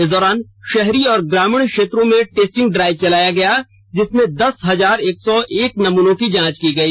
इस दौरान शहरी और ग्रामीण क्षेत्रों में टेस्टिंग ड्राइव चलाया गया जिसमें दस हजार एक सौ एक नमूनों की जांच की गई